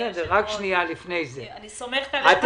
אני סומכת עליך.